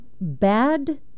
bad